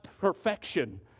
perfection